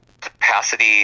capacity